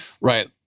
Right